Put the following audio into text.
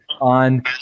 on